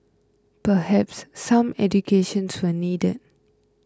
perhaps some education needed